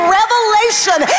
revelation